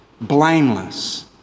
blameless